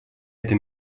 это